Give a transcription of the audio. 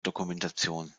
dokumentation